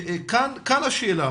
כאן השאלה,